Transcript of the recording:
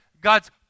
God's